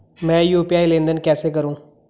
मैं यू.पी.आई लेनदेन कैसे करूँ?